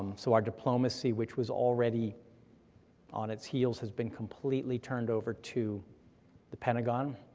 so our diplomacy, which was already on its heels, has been completely turned over to the pentagon.